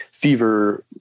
fever